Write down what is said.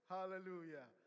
Hallelujah